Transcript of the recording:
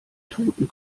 toten